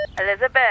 Elizabeth